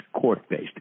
court-based